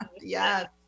Yes